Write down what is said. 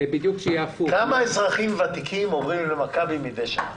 כמה אזרחים ותיקים עוברים מדי שנה למכבי?